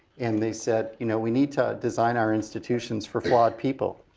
and they said, you know we need to design our institutions for quad people.